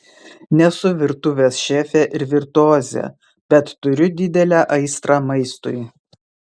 nesu virtuvės šefė ir virtuozė bet turiu didelę aistrą maistui